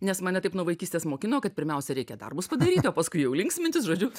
nes mane taip nuo vaikystės mokino kad pirmiausia reikia darbus padaryti o paskui jau linksmintis žodžiu